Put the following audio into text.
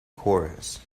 chorus